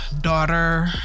daughter